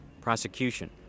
prosecution